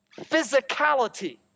physicality